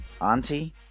auntie